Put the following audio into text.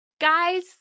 guys